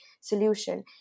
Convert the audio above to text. solution